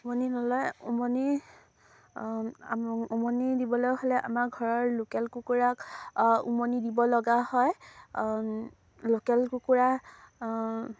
উমনি নলয় উমনি উমনি দিবলৈ হ'লে আমাৰ ঘৰৰ লোকেল কুকুৰাক উমনি দিব লগা হয় লোকেল কুকুৰা